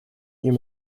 you